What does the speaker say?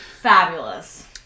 Fabulous